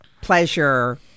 pleasure